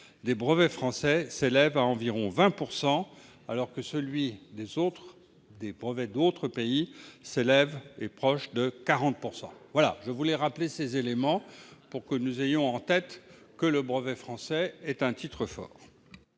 des brevets français s'élève à environ 20 %, alors que celui des brevets d'autres pays est proche de 40 %. Je voulais rappeler ces éléments pour que nous ayons bien en tête le fait que le brevet français est un titre fort.